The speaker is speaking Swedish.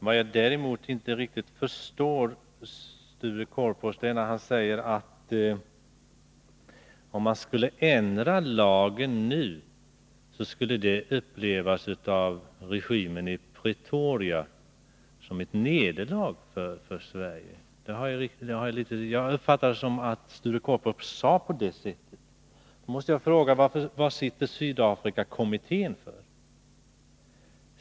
Vad jag däremot inte riktigt förstår är när Sture Korpås säger, att om man skulle ändra lagen nu, skulle det av regimen i Pretoria upplevas som ett nederlag för Sverige. Jag uppfattar det som att Sture Korpås sade på det sättet. Då måste jag fråga: Varför sitter Sydafrikakommittén?